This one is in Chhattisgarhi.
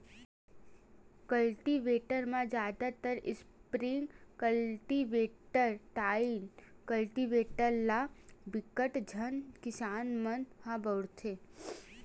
कल्टीवेटर म जादातर स्प्रिंग कल्टीवेटर, टाइन कल्टीवेटर ल बिकट झन किसान मन ह बउरथे